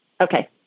Okay